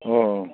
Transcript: अह